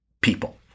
people